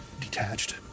detached